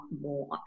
more